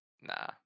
nah